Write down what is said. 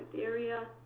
area.